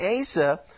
Asa